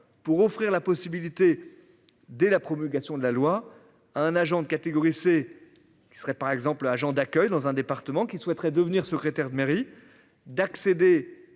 pour offrir la possibilité dès la promulgation de la loi. Un agent de catégorie C. Qui serait par exemple, agent d'accueil dans un département qui souhaiteraient devenir secrétaire de mairie d'accéder